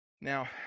Now